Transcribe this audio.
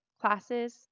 classes